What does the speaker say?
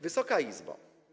Wysoka Izbo!